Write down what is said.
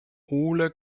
ole